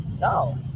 No